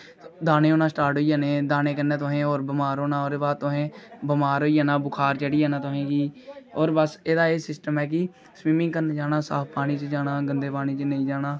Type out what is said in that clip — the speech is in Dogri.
दाने होना स्टार्ट होई जाने दाने कन्नै तुसें होर बिमार होना ओहदे बाद तुसें बिमार होई जाना बुखार चढ़ी जाना तुसेंगी और बस एह्दा ऐ सिस्टम है कि स्बिमिंग करन जाना साफ पानी च जाना गंदे पानी च नेईं जाना